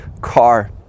car